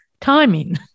timing